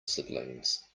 siblings